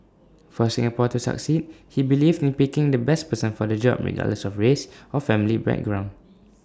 for Singapore to succeed he believed in picking the best person for the job regardless of race or family background